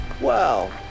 wow